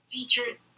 Featured